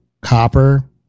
copper